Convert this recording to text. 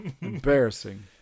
Embarrassing